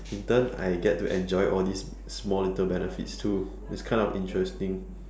intern I get to enjoy all these small little benefits too it's kind of interesting